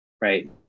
right